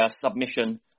submission